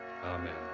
Amen